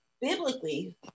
biblically